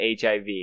HIV